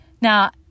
Now